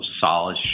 solid